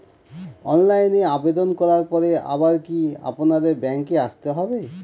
অনলাইনে আবেদন করার পরে আবার কি আপনাদের ব্যাঙ্কে আসতে হবে?